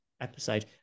episode